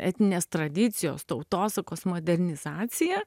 etninės tradicijos tautosakos modernizacija